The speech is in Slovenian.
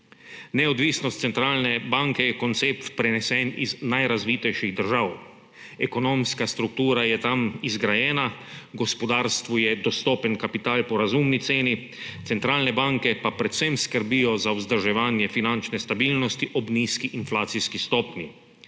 Neodvisnost centralne banke je koncept, prenesen iz najrazvitejših držav. Ekonomska struktura je tam izgrajena, gospodarstvu je dostopen kapital po razumni ceni, centralne banke pa predvsem skrbijo za vzdrževanje finančne stabilnosti ob nizki inflacijski stopnji.